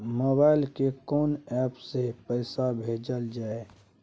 Mobile के कोन app से पैसा भेजल जाए?